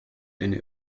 eine